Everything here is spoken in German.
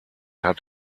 hat